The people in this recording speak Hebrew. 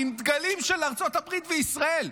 עם דגלים של ארצות הברית וישראל.